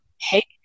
Hey